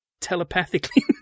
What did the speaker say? telepathically